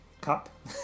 cup